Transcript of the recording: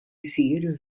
jsir